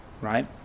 Right